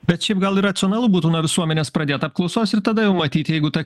bet šiaip gal ir racionalu būtų nuo visuomenės pradėt apklausos ir tada jau matyti jeigu ta